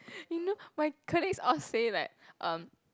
you know my colleagues all say like um